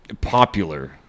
popular